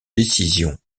décision